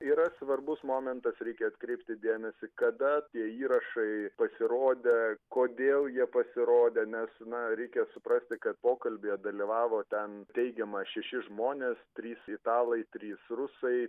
yra svarbus momentas reikia atkreipti dėmesį kada tie įrašai pasirodė kodėl jie pasirodė nes na reikia suprasti kad pokalbyje dalyvavo ten teigiama šeši žmonės trys italai trys rusai